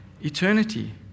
eternity